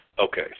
Okay